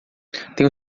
tenho